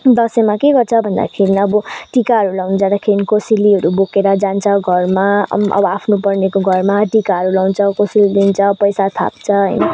दसैँमा के गर्छ भन्दाखेरि अब टिकाहरू लाउनु जाँदाखेरि कोसेलीहरू बोकेर जान्छ घरमा अनि अब आफ्नो पर्नेको घरमा टिकाहरू लाउँछ कोसेली दिन्छ पैसा थाप्छ होइन